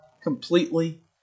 completely